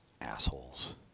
Assholes